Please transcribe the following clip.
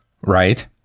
Right